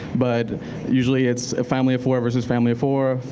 but usually it's a family of four versus family of four.